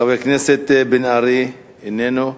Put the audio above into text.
חבר הכנסת מיכאל בן-ארי, איננו,